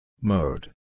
Mode